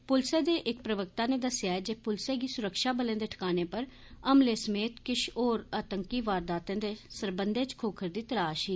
पुलसै दे इक प्रवक्ता नै दस्सेआ जे पुलसै गी सुरक्षाबलें दे ठकानें पर हमले समेत किष होर आतंकी वारदातें दे सरबंधै च खोखरदी तलाष ही